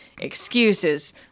excuses